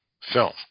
film